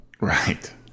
Right